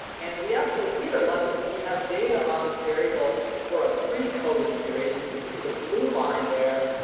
and we actually, here are lucky cause we have data on this variable for a pre-covid period, and you can see the blue line there,